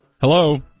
Hello